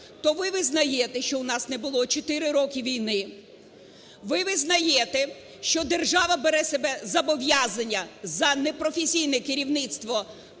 то ви визнаєте, що у нас не було чотири роки війни, ви визнаєте, що держава бере на себе зобов'язання за непрофесійне керівництво